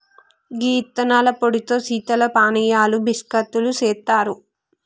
గీ యిత్తనాల పొడితో శీతల పానీయాలు బిస్కత్తులు సెత్తారు